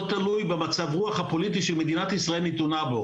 תלוי במצב רוח הפוליטי שמדינת ישראל נתונה בו.